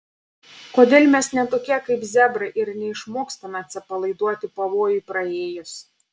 kodėl mes ne tokie kaip zebrai ir neišmokstame atsipalaiduoti pavojui praėjus